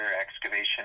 excavation